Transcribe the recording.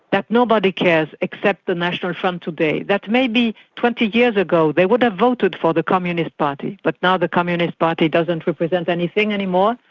that nobody cares except the national front today. that maybe twenty years ago, they would have voted for the communist party, but now the communist party doesn't represent anything any more,